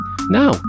Now